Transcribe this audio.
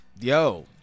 Yo